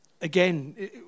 Again